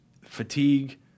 fatigue